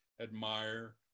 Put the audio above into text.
admire